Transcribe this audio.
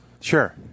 Sure